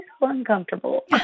uncomfortable